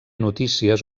notícies